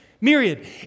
myriad